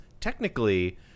technically